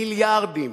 מיליארדים.